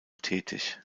tätig